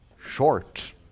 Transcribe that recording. Short